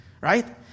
right